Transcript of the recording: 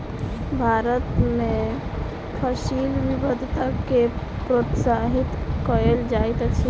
भारत में फसिल विविधता के प्रोत्साहित कयल जाइत अछि